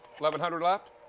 one but hundred left.